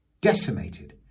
decimated